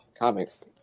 Comics